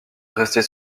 restée